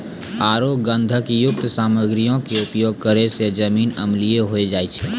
आरु गंधकयुक्त सामग्रीयो के उपयोग करै से जमीन अम्लीय होय जाय छै